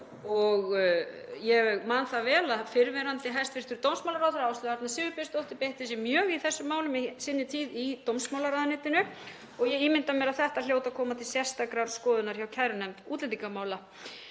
og ég man það vel að fyrrverandi hæstv. dómsmálaráðherra, Áslaug Arna Sigurbjörnsdóttir, beitti sér mjög í þessum málum í sinni tíð í dómsmálaráðuneytinu og ég ímynda mér að þetta hljóti að koma til sérstakrar skoðunar hjá kærunefnd útlendingamála.